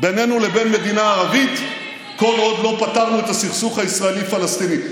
בינינו לבין מדינה ערבית כל עוד לא פתרנו את הסכסוך הישראלי פלסטיני.